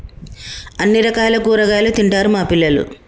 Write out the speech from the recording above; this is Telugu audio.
అన్ని రకాల కూరగాయలు తింటారు మా పిల్లలు